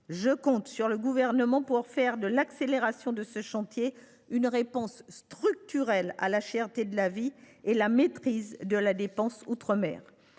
Je compte sur le Gouvernement pour faire de l’accélération de ce chantier une réponse structurelle à la cherté de la vie et au besoin de maîtrise de la dépense outre mer.